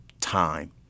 time